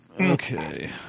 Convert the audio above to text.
Okay